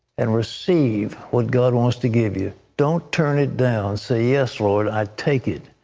and receive what god wants to give you. don't turn it down. say yes, lord, i take it.